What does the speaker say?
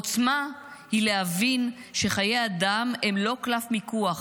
עוצמה היא להבין שחיי אדם הם לא קלף מיקוח,